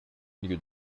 new